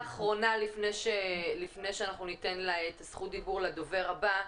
אחרונה לפני שניתן את זכות הדיבור לדובר הבא.